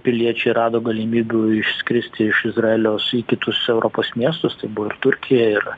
piliečiai rado galimybių išskristi iš izraelio su į kitus europos miestus tai buvo ir turkija ir